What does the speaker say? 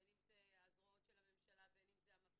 בין אם זה הזרועות של הממשלה, בין אם זה המפעילים,